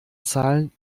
zahlen